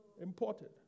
Imported